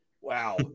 Wow